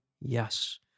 yes